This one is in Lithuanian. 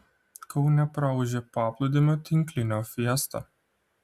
kaune praūžė paplūdimio tinklinio fiesta